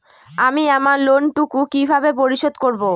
আমি আমার লোন টুকু কিভাবে পরিশোধ করব?